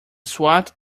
swat